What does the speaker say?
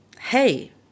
hey